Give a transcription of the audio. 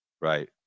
Right